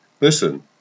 Listen